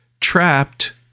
trapped